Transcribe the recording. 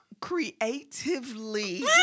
creatively